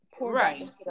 Right